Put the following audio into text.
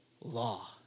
law